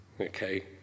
Okay